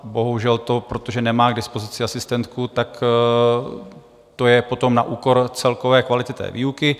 Bohužel, protože nemá k dispozici asistentku, tak to je potom na úkor celkové kvality výuky.